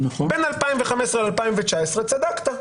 בין 2015 ל-2019 צדקת.